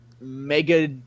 Mega